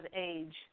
age